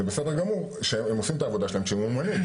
הם עושים את העבודה שלהם כשהם מאומנים,